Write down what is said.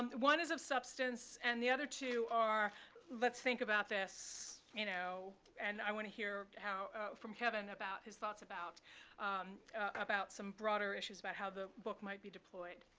one is of substance and the other two are let's think about this. you know and i want to hear from kevin about his thoughts about um about some broader issues about how the book might be deployed.